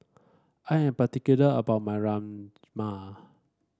I am particular about my Rajma